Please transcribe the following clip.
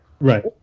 Right